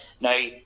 Now